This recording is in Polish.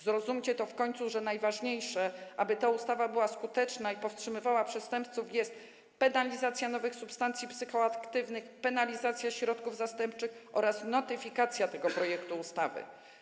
Zrozumcie w końcu, że najważniejszym warunkiem tego, by ta ustawa była skuteczna i powstrzymywała przestępców, jest penalizacja nowych substancji psychoaktywnych, penalizacja środków zastępczych oraz notyfikacja tego projektu ustawy.